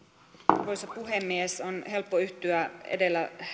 arvoisa puhemies on helppo yhtyä edellä